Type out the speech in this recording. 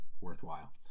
worthwhile